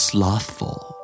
Slothful